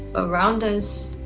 around us,